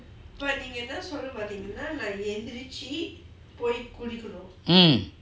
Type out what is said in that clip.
mm